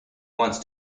wants